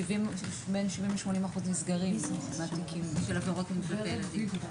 בין 80%-70% מהתיקים של עבירות מין כלפי ילדים נסגרים.